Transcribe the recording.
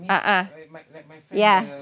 ah ya